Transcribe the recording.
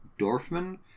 Dorfman